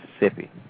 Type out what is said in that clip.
Mississippi